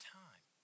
time